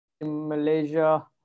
Malaysia